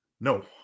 No